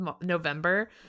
November